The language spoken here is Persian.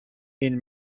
این